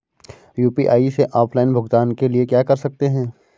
UPI से offline भुगतान के लिए क्या कर सकते हैं?